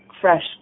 Fresh